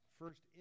first